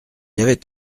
avait